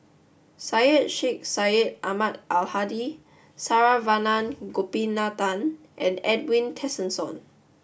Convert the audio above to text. Syed Sheikh Syed Ahmad Al Hadi Saravanan Gopinathan and Edwin Tessensohn